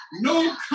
no